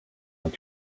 want